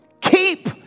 keep